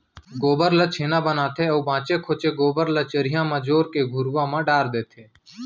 गोबर ल छेना बनाथे अउ बांचे खोंचे गोबर ल चरिहा म जोर के घुरूवा म डार देथे